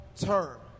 term